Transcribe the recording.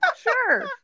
Sure